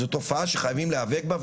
זאת תופעה שחייבים להיאבק בה,